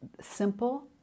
Simple